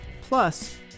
plus